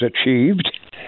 achieved